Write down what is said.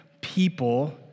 people